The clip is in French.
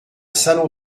salon